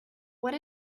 what